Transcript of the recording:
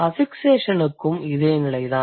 அஃபிக்சேஷனுக்கும் இதே நிலைதான்